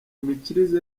imikirize